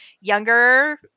younger